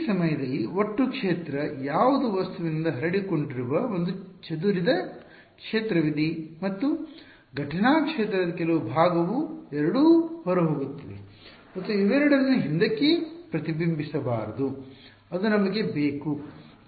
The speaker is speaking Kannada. ಈ ಸಮಯದಲ್ಲಿ ಒಟ್ಟು ಕ್ಷೇತ್ರ ಯಾವುದು ವಸ್ತುವಿನಿಂದ ಹರಡಿಕೊಂಡಿರುವ ಒಂದು ಚದುರಿದ ಕ್ಷೇತ್ರವಿದೆ ಮತ್ತು ಘಟನಾ ಕ್ಷೇತ್ರದ ಕೆಲವು ಭಾಗವು ಎರಡೂ ಹೊರಹೋಗುತ್ತಿದೆ ಮತ್ತು ಇವೆರಡನ್ನೂ ಹಿಂದಕ್ಕೆ ಪ್ರತಿಬಿಂಬಿಸಬಾರದು ಅದು ನಮಗೆ ಬೇಕು